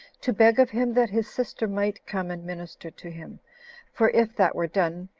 to beg of him that his sister might come and minister to him for if that were done,